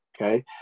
okay